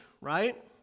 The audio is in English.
right